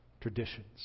traditions